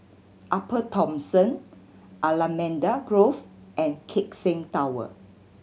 Upper Thomson Allamanda Grove and Keck Seng Tower